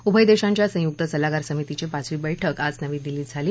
उभय देशांच्या संयुक्त सल्लागार समितीची पाचवी बैठक आज नवी दिल्लीत झाली